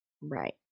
right